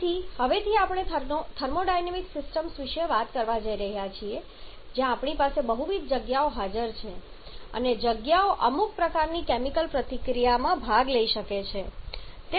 તેથી હવેથી આપણે થર્મોડાયનેમિક સિસ્ટમ્સ વિશે વાત કરવા જઈ રહ્યા છીએ જ્યાં આપણી પાસે બહુવિધ જગ્યાઓ હાજર છે અને જગ્યાઓ અમુક પ્રકારની કેમિકલ પ્રતિક્રિયામાં ભાગ લઈ શકે છે